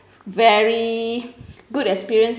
very good experience